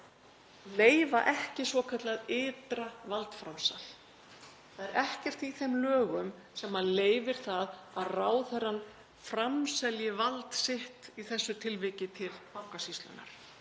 leyfa ekki svokallað ytra valdframsal. Það er ekkert í þeim lögum sem leyfir það að ráðherrann framselji vald sitt í þessu tilviki til Bankasýslunnar.